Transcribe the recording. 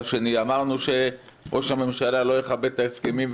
השני אמרנו שראש הממשלה לא יכבד את ההסכמים,